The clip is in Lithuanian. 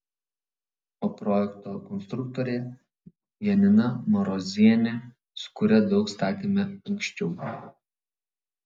o projekto konstruktorė janina marozienė su kuria daug statėme anksčiau